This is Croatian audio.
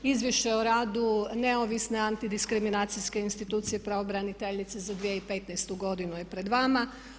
Izvješće o radu neovisne antidiskriminacijske institucije pravobraniteljice za 2015. godinu je pred vama.